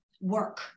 work